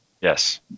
Yes